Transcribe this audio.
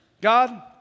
God